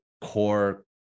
core